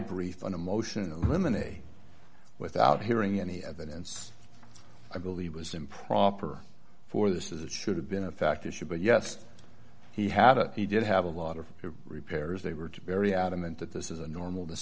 brief an emotional women a without hearing any evidence i believe was improper for this is it should have been a fact issue but yes he had a he did have a lot of repairs they were to very adamant that this is a normal